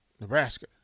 Nebraska